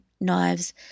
knives